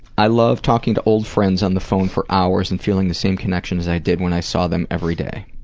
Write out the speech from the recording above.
i love talking to old friends on the phone for hours and feeling the same connection as i did when i saw them every day.